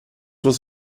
was